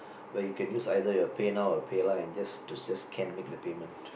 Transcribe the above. where you can use either your PayNow or PayNow and just to just can make the payment